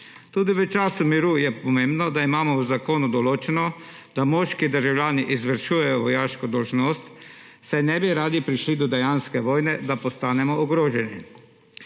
Tudi v času miru je pomembno, da imamo v zakonu določeno, da moški državljani izvršujejo vojaško dolžnost, saj ne bi radi prišli do dejanske vojne, da postanemo ogroženi.